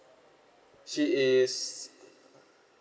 she is